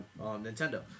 Nintendo